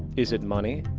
is it money?